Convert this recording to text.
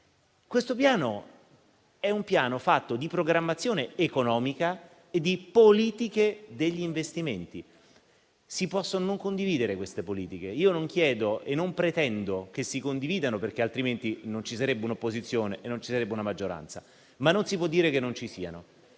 questo Piano è fatto di programmazione economica e di politiche degli investimenti. Si possono non condividere queste politiche, non chiedo e non pretendo che si condividano, perché altrimenti non ci sarebbe un'opposizione e non ci sarebbe una maggioranza, ma non si può dire che non ci siano.